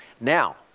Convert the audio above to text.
Now